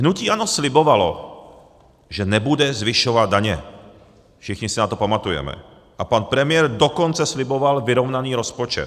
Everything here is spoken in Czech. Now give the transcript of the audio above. Hnutí ANO slibovalo, že nebude zvyšovat daně, všichni si na to pamatujeme, a pan premiér dokonce sliboval vyrovnaný rozpočet.